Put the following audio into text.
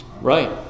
Right